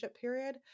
period